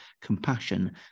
compassion